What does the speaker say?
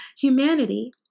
Humanity